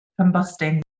combusting